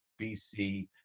BC